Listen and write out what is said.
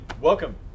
Welcome